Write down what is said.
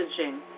messaging